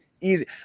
easy